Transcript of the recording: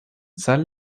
sal